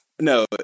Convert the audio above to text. No